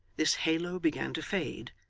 this halo began to fade,